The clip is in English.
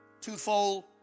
twofold